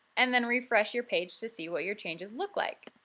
and then refresh your page to see what your changes look like.